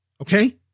Okay